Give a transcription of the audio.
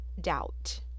doubt